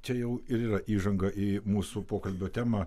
čia jau ir yra įžanga į mūsų pokalbio temą